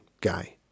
guy